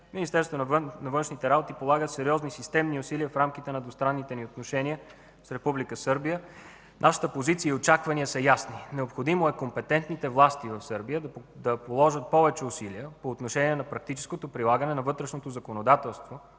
Министерството на външните работи полага сериозни и системни усилия в рамките на двустранните отношения с Република Сърбия. Нашата позиция и очаквания са ясни: необходимо е компетентните власти в Република Сърбия да положат повече усилия по отношение на практическото прилагане на вътрешното законодателство,